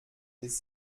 ist